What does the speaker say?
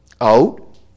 out